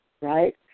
right